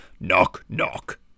Knock-knock